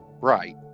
Right